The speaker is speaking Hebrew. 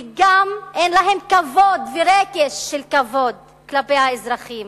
וגם אין להן כבוד ורגש של כבוד כלפי האזרחים.